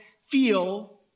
feel